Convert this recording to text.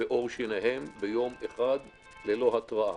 בעור שיניהם ביום אחד ללא התרעה.